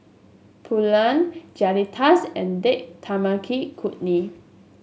Pulao Fajitas and Date Tamarind Chutney